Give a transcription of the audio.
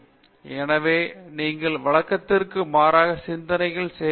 பேராசிரியர் பிரதாப் ஹரிதாஸ் எனவே நீங்கள் வழக்கத்திற்கு மாறான சிந்தனை செயலிகளை தேடுகிறீர்கள்